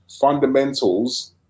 fundamentals